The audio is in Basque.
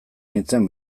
nintzen